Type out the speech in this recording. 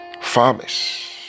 farmers